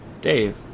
Dave